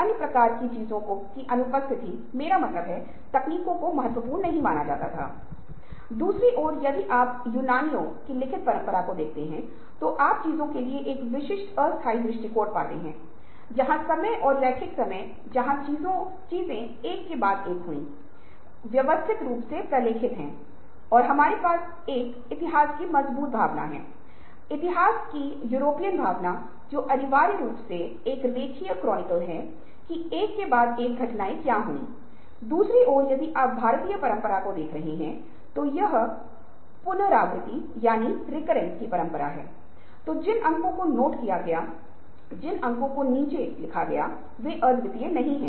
और जो लोग अनुपस्थिति का अनुभव कर रहे हैं वे यह भी बताएंगे कि अनुपस्थिति क्यों है और अध्ययन और विश्लेषण करके उन्होंने जानकारी एकत्र की क्योंकि आपको यह देखना है कि क्या जानकारी हितधारकों के अनुरूप है या नहीं और डेटा और सूचना के माध्यम से जानकारी विरोधाभासी है या नहीं कठिन डेटा और उपलब्ध जानकारी के माध्यम से मान्य किया गया है या नहीं